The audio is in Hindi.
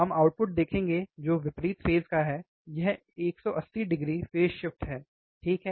हम आउटपुट देखेंगे जो विपरीत फेज़ है यह 180 डिग्री फेज़ शिफ्ट है ठीक है